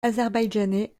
azerbaïdjanais